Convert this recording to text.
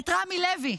את רמי לוי,